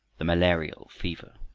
the malarial fever.